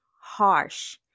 harsh